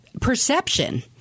perception